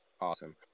Awesome